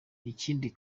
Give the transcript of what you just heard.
ikindi